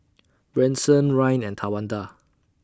Branson Ryne and Tawanda